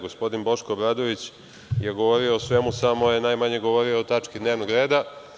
Gospodin Boško Obradović je govorio o svemu, samo je najmanje govorio o tački dnevnog reda.